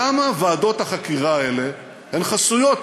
למה ועדות החקירה האלה הן חסויות?